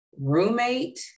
roommate